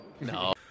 No